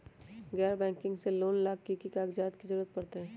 गैर बैंकिंग से लोन ला की की कागज के जरूरत पड़तै?